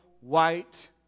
white